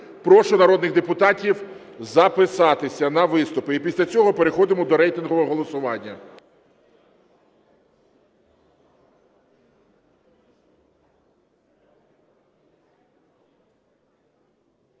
Прошу народних депутатів записатися на виступи і після цього переходимо до рейтингового голосування.